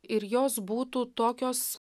ir jos būtų tokios